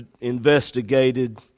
investigated